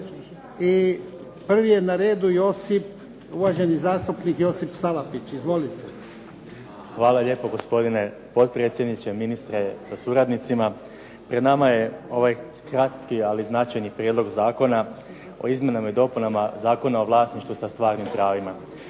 i prvi je na redu uvaženi zastupnik Josip Salapić. Izvolite. **Salapić, Josip (HDZ)** Hvala lijepo gospodine potpredsjedniče, ministre sa suradnicima. Pred nama je ovaj kratki, ali značajni prijedlog Zakona o izmjenama i dopunama Zakona o vlasništvu sa stvarnim pravima.